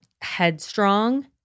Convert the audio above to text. headstrong